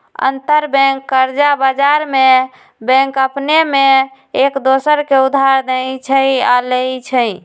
अंतरबैंक कर्जा बजार में बैंक अपने में एक दोसर के उधार देँइ छइ आऽ लेइ छइ